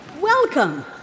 welcome